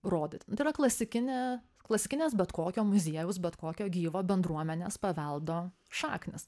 rodyti yra klasikinė klasikinės bet kokio muziejaus bet kokio gyvo bendruomenės paveldo šaknys